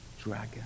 dragon